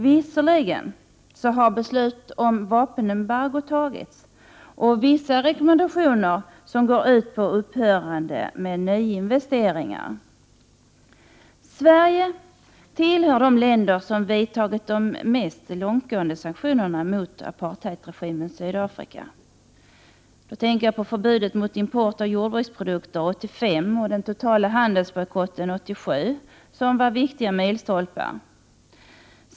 Visserligen har beslut om vapenembargo tagits, liksom vissa rekommendationer som går ut på att nyinvesteringar skall upphöra. Sverige hör till de länder som vidtagit de mest 125 långtgående sanktionerna mot apartheidregimens Sydafrika. Jag tänker på förbudet mot import av jordbruksprodukter 1985 och den totala handelsbojkotten 1987, som var viktiga milstolpar.